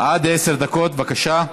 עד עשר דקות, בבקשה.